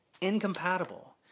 Incompatible